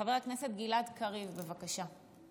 חבר הכנסת גלעד קריב, בבקשה.